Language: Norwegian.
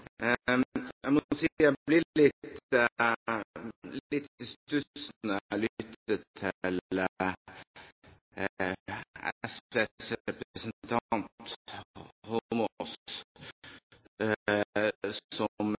Jeg må si at jeg blir litt i stuss når jeg lytter til SVs representant Heikki Holmås, som